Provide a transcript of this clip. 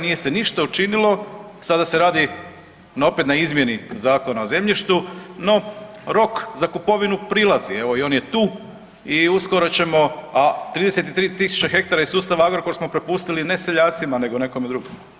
Nije se ništa učinilo, sada se radi opet na izmjeni Zakona o zemljištu, no rok za kupovinu prilazi i on je tu i uskoro ćemo, a 33.000 hektara iz sustava Agrokor smo prepustili ne seljacima nego nekome drugom.